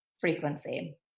frequency